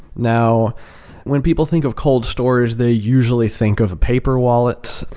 now when people think of cold storage, they usually think of a paper wallet.